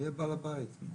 היא בעל הבית.